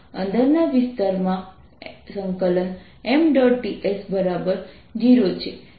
અને spherical system માટે આ સરફેસ એલિમેન્ટ R2sinddϕ દ્વારા આપવામાં આવે છે